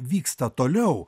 vyksta toliau